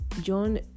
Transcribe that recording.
John